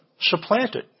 supplanted